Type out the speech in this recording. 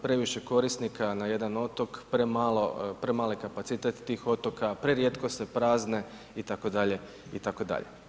Previše korisnika na jedan otok, premali kapacitet tih otoka, prerijetko se prazne itd., itd.